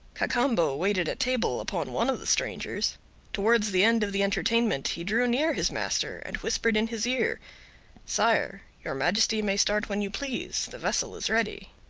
cacambo waited at table upon one of the strangers towards the end of the entertainment he drew near his master, and whispered in his ear sire, your majesty may start when you please, the vessel is ready.